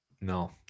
No